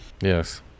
Yes